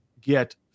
get